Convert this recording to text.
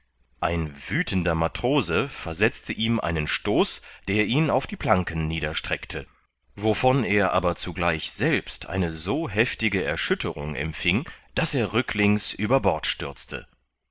ein wüthender matrose versetzte ihm einen stoß der ihn auf die planken niederstreckte wovon er aber zugleich selbst eine so heftige erschütterung empfing daß er rücklings über bord stürzte